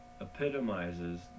epitomizes